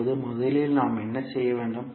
இப்போது முதலில் நாம் என்ன செய்ய வேண்டும்